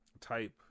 type